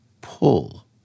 pull